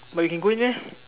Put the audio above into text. but you can go in meh